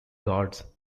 guards